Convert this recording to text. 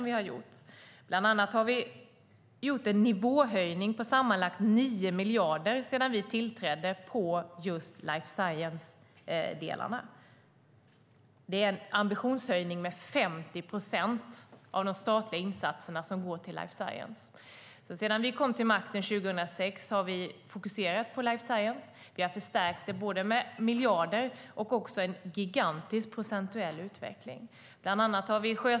Vi har bland annat genomfört en nivåhöjning på sammanlagt 9 miljarder sedan vi tillträdde när det gäller just life science. Det innebär en ambitionshöjning med 50 procent av de statliga insatserna till life science. Sedan regeringen kom till makten 2006 har vi fokuserat på life science. Vi har förstärkt branschen med miljarder och en gigantisk procentuell utveckling.